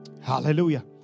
hallelujah